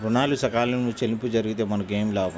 ఋణాలు సకాలంలో చెల్లింపు జరిగితే మనకు ఏమి లాభం?